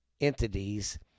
entities